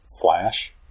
flash